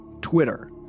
Twitter